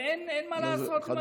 ואין מה לעשות עם הדבר הזה.